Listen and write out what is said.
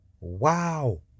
Wow